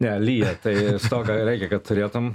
ne lyja tai stogą reikia kad turėtum